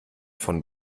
von